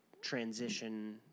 transition